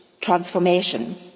transformation